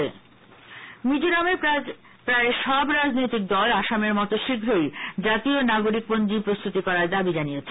মিজোবাম মিজোরামে প্রায় সব রাজনৈতিকদল আসামের মতো শীঘ্রই জাতীয় নাগরিকপঞ্জী প্রস্তুত করার দাবি জানিয়েছে